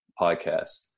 podcast